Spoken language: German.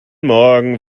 morgen